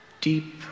deep